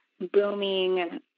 booming